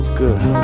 good